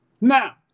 Now